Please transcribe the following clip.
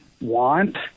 want